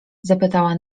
zapytała